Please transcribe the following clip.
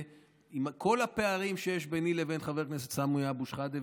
עם כל הפערים שיש ביני לבין חבר הכנסת סמי אבו שחאדה,